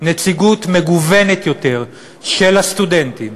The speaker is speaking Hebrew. נציגות מגוונת יותר של הסטודנטים,